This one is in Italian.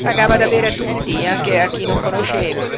pagava da bere a tutti anche a chi non conosceva